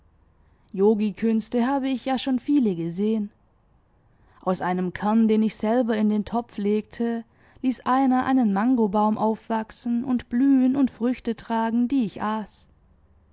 yogikünste habe ich ja schon viele gesehen aus einem kern den ich selber in den topf legte ließ einer einen mangobaum aufwachsen und blühen und früchte tragen die ich aß